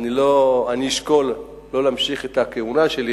אני אשקול לא להמשיך את הכהונה שלי,